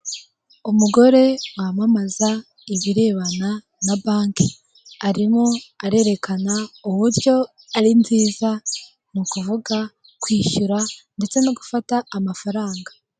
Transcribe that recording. Umugore wamamaza ibirebana na banki arimo arerekana uburyo ari nziza mukuvuga, kwishyura ndetse no gufata amafaranga.